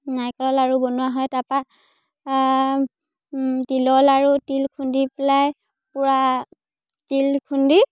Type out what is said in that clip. নাৰিকলৰ লাড়ু বনোৱা হয় তাৰপৰা তিলৰ লাড়ু তিল খুন্দি পেলাই পূৰা তিল খুন্দি